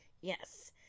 yes